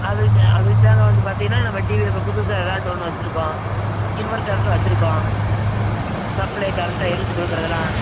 அதுக்கு அதுக்கு தாங்க வந்து பார்த்தீங்கன்னா நம்ம டிவி இப்போ புதுசாக வெலாட் ஒன்று வச்சுருக்கோம் இன்வெர்டருக்கு வச்சுருக்கோம் சப்ளே கரண்ட்டை இழுத்துக் கொடுக்குறதெல்லாம்